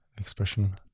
expression